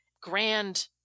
grand